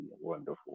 wonderful